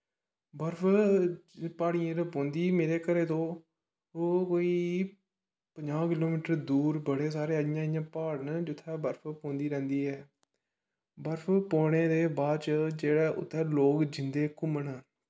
बर्फ प्हाड़ियै उपर पोंदी मेरे घरे तू ओह कोई पंजाह् किलोमिटर दूर बडे़ सारे जियां प्हाड़ ना जित्थै बर्फ पोंदी रैहंदी ऐ बर्फ पोने दे बाद च जेहड़ा उत्थे लोक जंदे घूमन